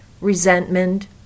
resentment